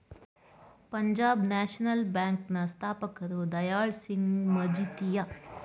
Punjab national bank ನ ಸ್ಥಾಪಕರು ದಯಾಳ್ ಸಿಂಗ್ ಮಜಿತಿಯ